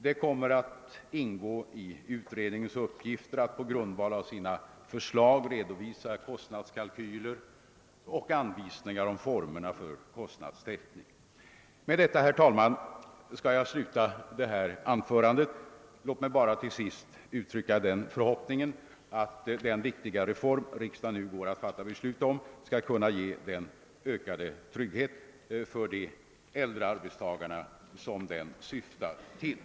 Det kommer att ingå i utredningens uppgifter att på grundval av sina förslag redovisa kostnadskalkyler och anvisningar om formerna för kostnadstäckningen. Med detta, herr talman, skall jag sluta mitt anförande. Låt mig bara till sist uttrycka den förhoppningen att den viktiga reform riksdagen nu går att fatta beslut om skall kunna ge den ökade trygghet för de äldre arbetstagarna som den syftar till.